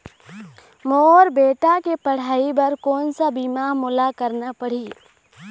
मोर बेटा के पढ़ई बर कोन सा बीमा मोला करना पढ़ही?